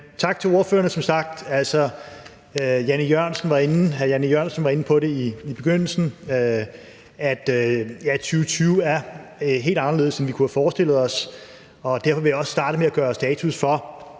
tak til ordførerne. Hr. Jan E. Jørgensen var i begyndelsen inde på, at 2020 er blevet helt anderledes, end vi kunne have forestillet os. Derfor vil jeg også starte med at gøre status over,